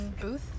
booth